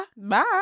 Bye